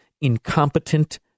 incompetent